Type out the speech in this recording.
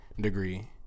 degree